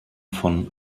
von